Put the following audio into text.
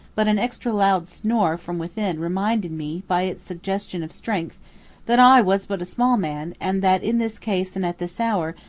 but an extra loud snore from within reminded me by its suggestion of strength that i was but a small man and that in this case and at this hour,